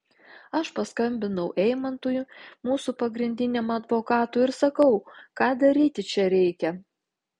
aš paskambinau eimantui mūsų pagrindiniam advokatui ir sakau ką daryti čia reikia